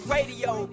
Radio